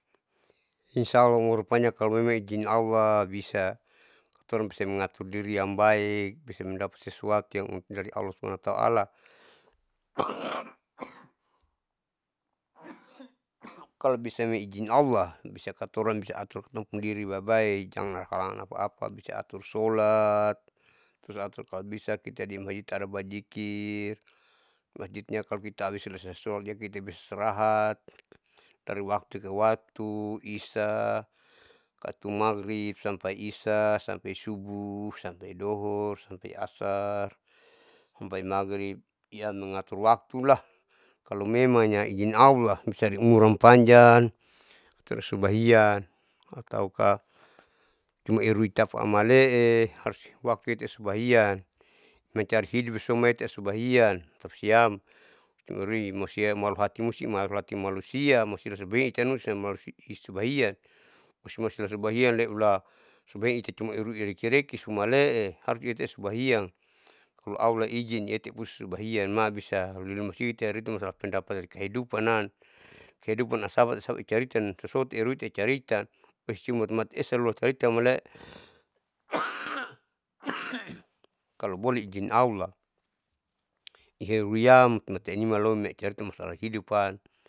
Insa allah umur panjang kalo memang izin allah bisa torang bisa mangatur diri yang baik, bisa mendapat sesuatu yang dari allah subhanahu wa ta'ala. kalo bisame izin allah bisa katoran bisa atur katong pung diri bae-bae jang ada halangan apa-apa bisa atur sholat, terus atur kalo bisa kita di mesjid ada bazikir masjidnya kalo kita abis selesai sholat kita bisa stirahat dari waktu ke waktu isya atau maghgrib sampai isya, sampai subuh, sampai dohor, sampai ashar, sampe maghrib iamangarti waktulah. kalo memangnya izin allah bisai umur panjang terus subahian atauka cuma erui tapa amale'e harus waktu itu subahian, mancari hidup somaita subahian tapasiam ruimusiam malu hati musi malu hati malusia subahian usimalasubahian leula subahian itai mairui maireki reki sumale'e harus iate subahian. kalo allah izin iate pussubahian mabisa uliuli masaiita irutimasalah pendapat dari kehidupannan, kehidupan asapa asapa icaritan tosoti eruti ecarita esa lua carita male'e. kalo boleh izin allah iheruliam matainima lomi matai carita masalah hiduppan.